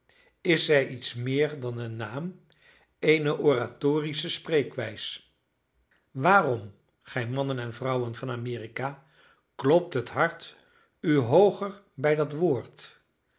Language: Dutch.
is zij iets meer dan een naam eene oratorische spreekwijs waarom gij mannen en vrouwen van amerika klopt het hart u hooger bij dat woord